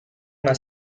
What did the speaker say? una